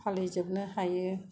फालिजोबनो हायो